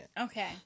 Okay